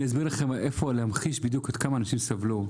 אני אמחיש לכם עד כמה אנשים סבלו.